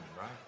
right